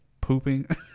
pooping